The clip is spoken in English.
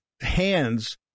hands